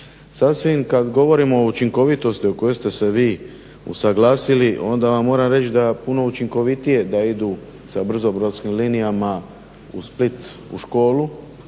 Sasvim kad govorimo o učinkovitosti o kojoj ste se vi usaglasili onda vam moram reći da je puno učinkovitije da idu sa brzo brodskim linijama u Split u školu,